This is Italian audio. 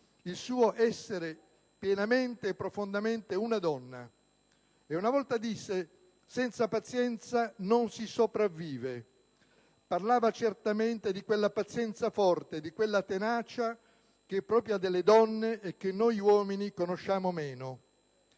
il suo essere pienamente e profondamente donna. Una volta disse che «senza pazienza non si sopravvive»: parlava certamente di quella pazienza forte, di quella tenacia che è propria delle donne e che noi uomini conosciamo meno.